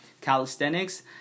calisthenics